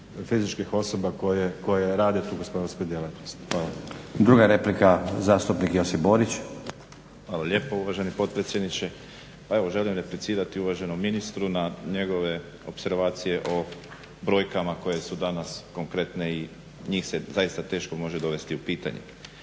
fizičkih osoba koji rade tu gospodarsku djelatnost. Hvala. **Stazić, Nenad (SDP)** Druga replika zastupnik Josip Borić. **Borić, Josip (HDZ)** Hvala lijepa uvaženi potpredsjedniče. Pa evo želim replicirati uvaženom ministru na njegove opservacije o brojkama koje su danas konkretne i njih se zaista teško može dovesti u pitanje.